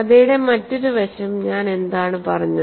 കഥയുടെ മറ്റൊരു വശം ഞാൻ എന്താണ് പറഞ്ഞത്